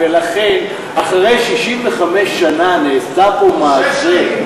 אחרי 65 שנה נעשה פה מעשה,